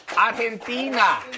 Argentina